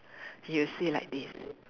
he will say like this